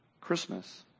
Christmas